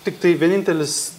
tiktai vienintelis